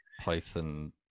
Python